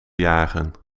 jagen